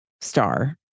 star